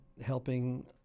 helping